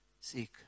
seek